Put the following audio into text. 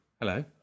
Hello